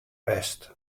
west